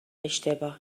اشتباه